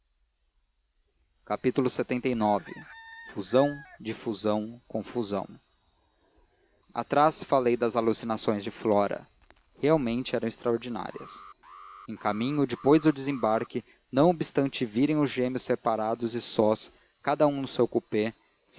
melhor lxxix fusão difusão confusão atrás falei das alucinações de flora realmente eram extraordinárias em caminho depois do desembarque não obstante virem os gêmeos separados e sós cada um no seu coupé